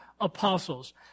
apostles